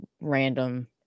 random